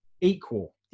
equal